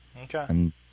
Okay